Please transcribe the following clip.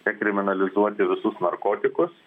dekriminalizuoti visus narkotikus